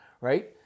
right